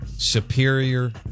Superior